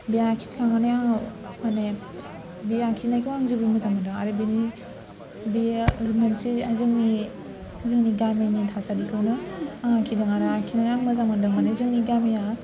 बे आखिखांनानै आङो माने बे आखिनायखौ आं जोबोर मोजां मोनदों आरो बेनि बेयो मोनसे जोंनि जोंनि गामिनि थासारिखौनो आं आखिदों आरो आखिनानै आं मोजां मोनदों माने जोंनि गामिया